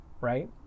right